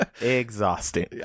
Exhausting